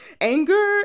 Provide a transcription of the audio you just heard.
anger